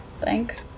thank